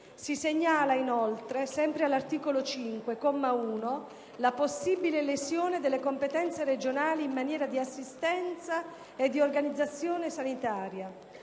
Si segnala inoltre, sempre all'articolo 5, comma 1, la possibile lesione delle competenze regionali in materia di assistenza e di organizzazione sanitaria.